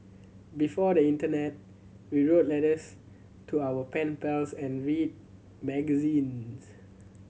before the internet we wrote letters to our pen pals and read magazines